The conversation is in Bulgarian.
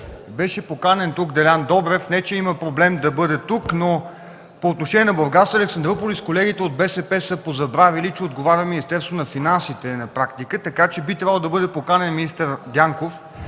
беше поканен Делян Добрев. Не че има проблем да бъде тук, но по отношение на „Бургас - Александруполис” колегите от БСП са позабравили, че на практика отговаря Министерството на финансите, така че би трябвало да бъде поканен министър Дянков.